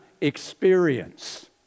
experience